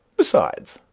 besides,